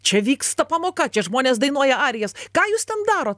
čia vyksta pamoka čia žmonės dainuoja arijas ką jūs ten darot